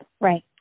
right